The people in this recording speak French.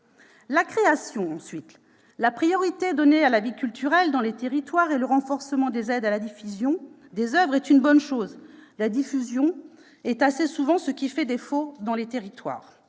la création. La priorité donnée à la vie culturelle dans les territoires et le renforcement des aides à la diffusion des oeuvres est une bonne chose, car la diffusion est assez souvent ce qui fait défaut dans les territoires.